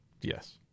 Yes